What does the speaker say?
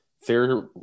Fair